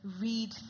read